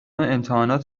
امتحانات